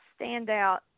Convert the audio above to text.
Standout